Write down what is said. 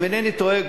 אם אינני טועה,